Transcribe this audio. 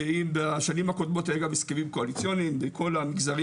ואם בשנים הקודמות היה גם הסכמים קואליציוניים ובכל המגזרים